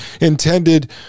intended